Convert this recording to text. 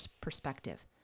perspective